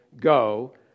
go